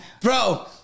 bro